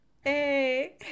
Hey